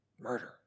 murder